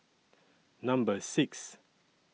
Number six